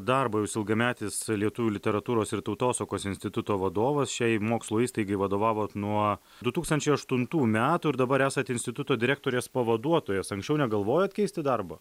darbą jūs ilgametis lietuvių literatūros ir tautosakos instituto vadovas šiai mokslo įstaigai vadovavot nuo du tūkstančiai aštuntų metų ir dabar esat instituto direktorės pavaduotojas anksčiau negalvojot keisti darbo